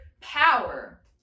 power